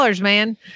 man